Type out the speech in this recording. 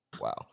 wow